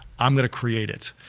i'm gonna create it.